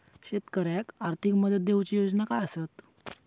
शेतकऱ्याक आर्थिक मदत देऊची योजना काय आसत?